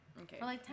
Okay